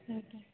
ଆଜ୍ଞା